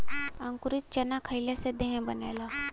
अंकुरित चना खईले से देह बनेला